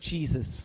Jesus